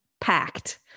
packed